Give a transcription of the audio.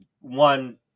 one